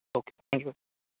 okay thank you